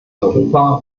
europa